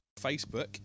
Facebook